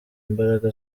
imbaraga